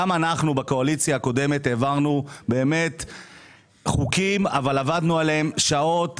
גם אנחנו בקואליציה הקודמת העברנו חוקים אבל עבדנו עליהם שעות,